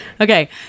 Okay